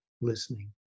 listening